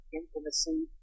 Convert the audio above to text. intimacy